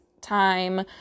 time